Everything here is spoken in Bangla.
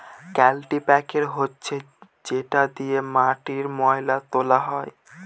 কাল্টিপ্যাকের হচ্ছে যেটা দিয়ে মাটির ময়লা তোলা হয়